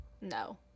no